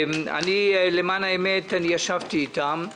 למען האמת, ישבתי איתם.